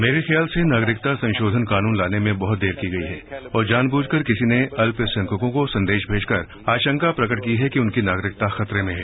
मेरे ख्याल से नागरिकता संशोधन कानून लाने में बहुत देर की गई है और जानवूझकर किसी ने अत्यसंख्यकों को संदेश भेजकर आशंका प्रकट की है कि उनकी नागरिकता खतरे में है